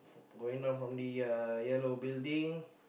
going down from the uh yellow building